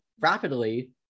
rapidly